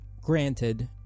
Granted